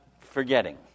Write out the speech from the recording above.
forgetting